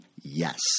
yes